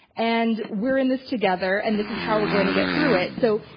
and we're in this together and this is how we're going to get through it. so,